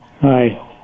Hi